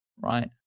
right